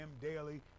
daily